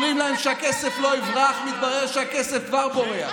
אומרים להם שהכסף לא יברח, מתברר שהכסף כבר בורח.